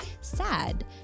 sad